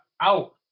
out